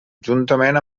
juntament